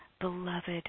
beloved